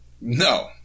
No